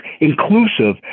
inclusive